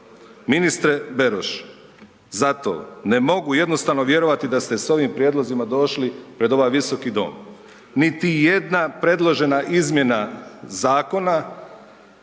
Ministre Beroš, zato ne mogu jednostavno vjerovati da ste s ovim prijedlozima došli pred ovaj visoki dom. Niti jedna predložena izmjena zakona